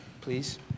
please